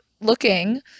looking